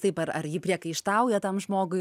taip ar ar ji priekaištauja tam žmogui